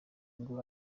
ngo